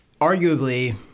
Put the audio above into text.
arguably